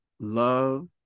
love